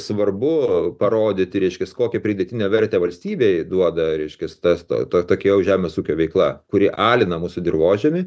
svarbu parodyti reiškias kokią pridėtinę vertę valstybei duoda reiškias tas to to tokie jau žemės ūkio veikla kuri alina mūsų dirvožemį